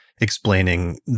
explaining